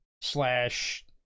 slash